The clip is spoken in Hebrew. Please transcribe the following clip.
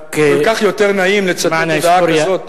כל כך יותר נעים לצטט הודעה כזאת,